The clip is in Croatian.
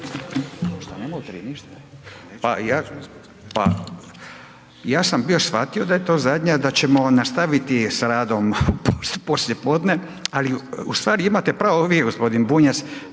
Pa ja sam bio shvatio da je to zadnja, da ćemo nastaviti sa radom poslijepodne ali ustvari imate pravo vi, g. Bunjac,